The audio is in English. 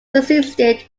succeeded